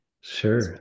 sure